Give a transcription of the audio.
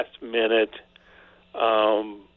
last-minute